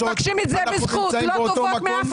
אנו מבקשים את הזכות, לא מבקשים טובות מאף